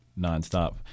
nonstop